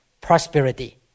prosperity